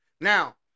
Now